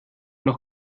noch